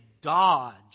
dodge